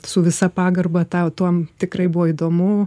su visa pagarba tau tuom tikrai buvo įdomu